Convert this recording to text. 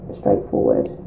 straightforward